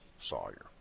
Sawyer